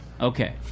Okay